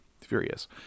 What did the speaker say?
furious